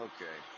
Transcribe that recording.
Okay